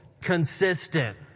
Consistent